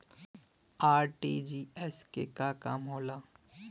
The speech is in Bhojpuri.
आर.टी.जी.एस के का काम होला?